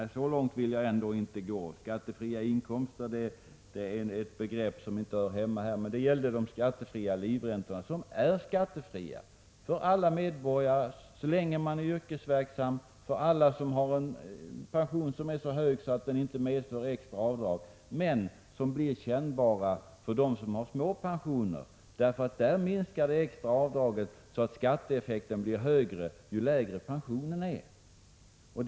Nej, så långt vill jag inte sträcka mig. Skattefria inkomster är ett begrepp som inte hör hemma här, men det gällde de skattefria livräntorna, som ju är skattefria för alla medborgare så länge vederbörande är yrkesverksamma och för alla som har en pension som är så hög att den inte medför extra avdrag. Men det blir kännbart för dem som har små pensioner, eftersom det extra avdraget minskar för sådana personer. Skatteeffekten blir högre ju lägre pensionen är.